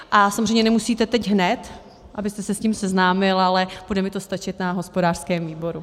A samozřejmě nemusíte teď hned, abyste se s tím seznámil, ale bude mi to stačit na hospodářském výboru.